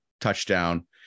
touchdown